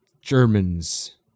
Germans